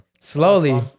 Slowly